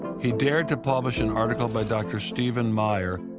he dared to publish an article by dr. stephen meyer,